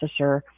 processor